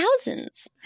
thousands